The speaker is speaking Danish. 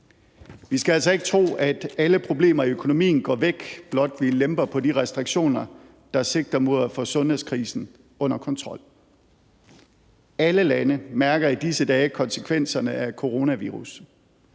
Vi skal altså ikke tro, at alle problemer i økonomien går væk, blot vi lemper på de restriktioner, der sigter mod at få sundhedskrisen under kontrol. Alle lande mærker i disse dage konsekvenserne af coronavirus.